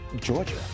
Georgia